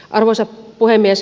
arvoisa puhemies